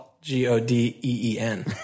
G-O-D-E-E-N